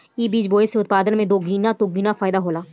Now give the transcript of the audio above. इ बीज बोए से उत्पादन में दोगीना तेगुना फायदा होला